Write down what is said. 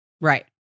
Right